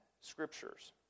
Scriptures